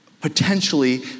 potentially